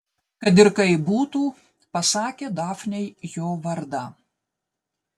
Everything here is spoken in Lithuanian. kad ir kaip būtų pasakė dafnei jo vardą